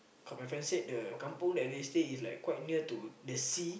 cause my friend said the kampung that they stay is like quite near to the sea